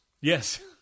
Yes